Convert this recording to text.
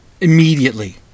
immediately